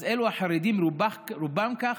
אז אלו החרדים, רובם כך,